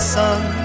sun